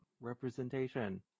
Representation